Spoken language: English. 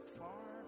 far